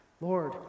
Lord